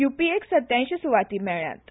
युपीए क ष्यायशी सुवाती मेळळयात